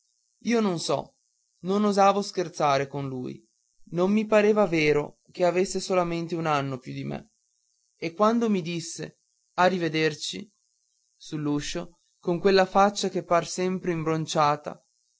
io non so non osavo scherzare con lui non mi pareva vero che avesse solamente un anno più di me e quando mi disse a rivederci sull'uscio con quella faccia che par sempre imbronciata